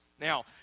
Now